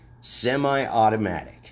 semi-automatic